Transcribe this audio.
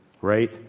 right